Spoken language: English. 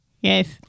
Yes